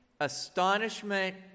astonishment